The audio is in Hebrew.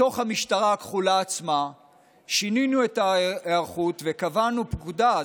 בתוך המשטרה הכחולה עצמה שינינו את ההערכות וקבענו פקודה,